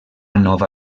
nova